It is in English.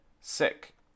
sick